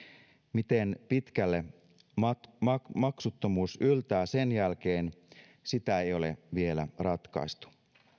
miten pitkälle maksuttomuus yltää sen jälkeen sitä ei ole vielä ratkaistu